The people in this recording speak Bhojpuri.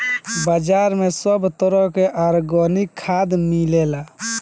बाजार में सब तरह के आर्गेनिक खाद मिलेला